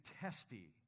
testy